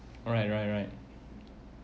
alright right right